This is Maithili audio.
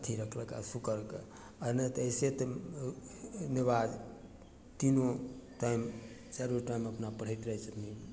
अथी रखलक शुक्रके आओर नहि अइसँ तऽ नमाज तीनो टाइम चारु टाइम अपना पढ़ैत रहय छथिन